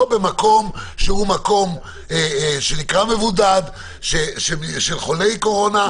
לא במקום שהוא מקום שנקרא מבודד, של חולי קורונה.